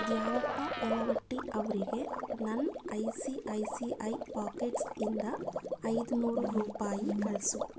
ದ್ಯಾವಪ್ಪ ಯಲವಟ್ಟಿ ಅವರಿಗೆ ನನ್ನ I C I C I ಪಾಕೆಟ್ಸಿಂದ ಐದು ನೂರು ರೂಪಾಯಿ ಕಳಿಸು